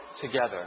together